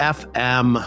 fm